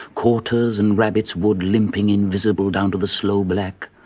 courters'-and-rabbits' wood limping invisible down to the sloeblack,